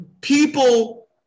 people